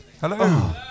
Hello